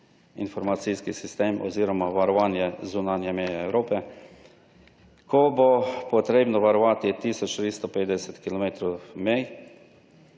informacijski sistem oziroma varovanje zunanje meje Evrope, ko bo potrebno varovati tisoč 350 mej?